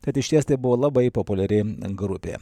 tad išties tai buvo labai populiari grupė